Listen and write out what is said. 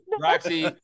Roxy